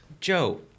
Joe